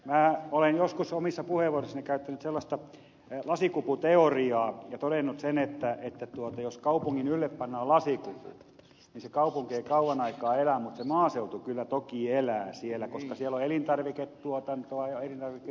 minä olen joskus omissa puheenvuoroissani käyttänyt lasikuputeoriaa ja todennut että jos kaupungin ylle pannaan lasikupu niin se kaupunki ei kauan aikaa elä mutta se maaseutu kyllä toki elää siellä koska siellä on elintarviketuotantoa ja elintarvikehuoltoa jnp